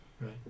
right